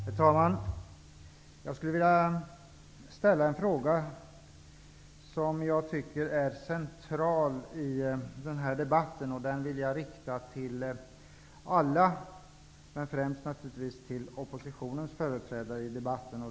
Herr talman! Jag skulle vilja ställa en fråga som jag tycker är central i den här debatten. Den vill jag rikta till alla, men främst naturligtvis till oppositionens företrädare i debatten.